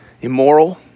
immoral